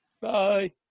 Bye